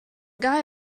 guy